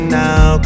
now